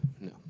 No